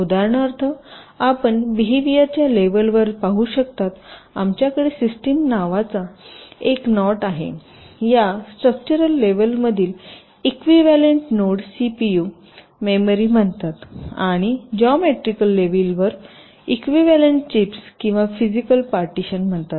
उदाहरणार्थ आपण बेहवीयरच्या लेवलवर पाहू शकता आमच्याकडे सिस्टम नावाची एक नॉट आहे या स्ट्रक्चरल लेवलमधील इक्विव्हॅलेंट नोड सीपीयू मेमरी म्हणतात आणि जिओमेट्रिकल लेवलवरील इक्विव्हॅलेंट चिप्स किंवा फिजिकल पार्टिशन म्हणतात